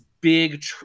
big